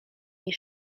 jej